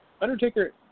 Undertaker